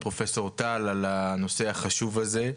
פרופ' טל על הנושא החשוב הזה.